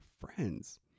friends